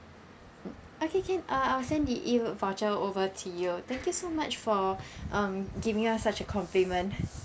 mm okay can uh I will send the E voucher over to you thank you so much for um giving us such a compliment